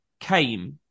came